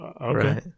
okay